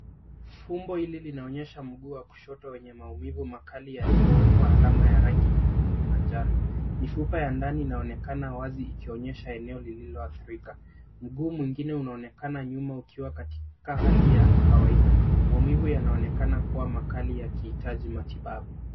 Fumbo hili linaonyesha mguu wa kushoto wenye maumivu makali yaliyo wekwa alama ya nyekundu na njano. Mifupa ya ndani inaonekana wazi ikionyesha eneo lililo athirika. Mguu mwingine unaonekana nyuma ukiwa katika hali ya kawaida. Maumivu yanaonekana kuwa makali yakihitaji matibabu.